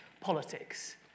Politics